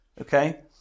okay